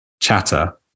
chatter